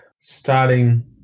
starting